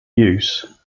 use